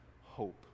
hope